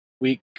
Week